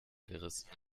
gerissen